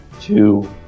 two